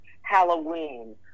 Halloween